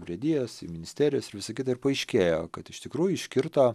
urėdijas į ministerijas ir visą kitą ir paaiškėjo kad iš tikrųjų iškirto